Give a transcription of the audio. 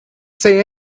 say